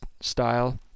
style